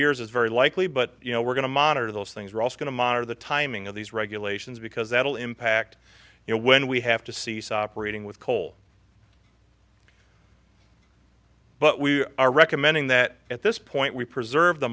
years it's very likely but you know we're going to monitor those things are also going to monitor the timing of these regulations because that will impact you know when we have to cease operating with coal but we are recommending that at this point we preserve the